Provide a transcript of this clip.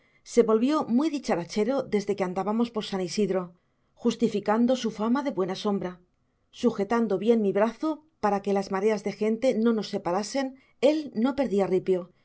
se volvió muy dicharachero desde que andábamos por san isidro justificando su fama de buena sombra sujetando bien mi brazo para que las mareas de gente no nos separasen él no perdía ripio